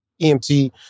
EMT